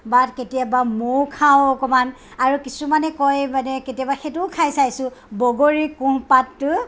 বা কেতিয়াবা মৌ খাওঁ অকণমান আৰু কিছুমানে কয় মানে কেতিয়াবা সেইটোও খাই চাইছোঁ বগৰীৰ কুঁহপাতটো